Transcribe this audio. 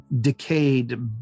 decayed